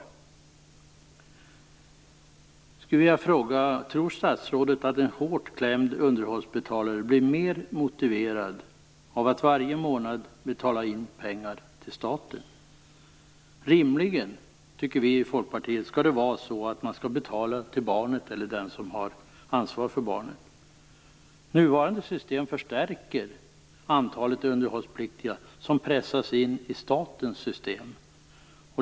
Jag skulle vilja fråga om statsrådet tror att en hårt klämd underhållsbetalare blir mer motiverad av att varje månad betala in pengar till staten. Rimligen, tycker vi i Folkpartiet, borde det vara så att man skall betala till barnet eller den som har ansvaret för barnet. Nuvarande system förstärker antalet underhållspliktiga som pressas in i statens system.